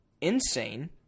insane